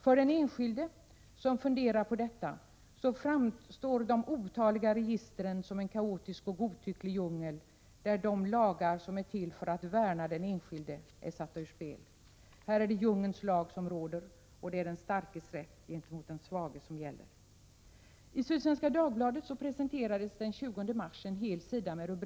För den enskilde som funderar på det här framstår de otaliga registren som en kaotisk och godtycklig djungel, där de lagar som är till för att värna den enskilde är satta ur spel. Här är det djungelns lag som råder, och det är den starkes rätt gentemot den svage som gäller. Sydsvenska Dagbladet hade den 20 mars en hel sida om registrering.